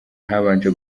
habanje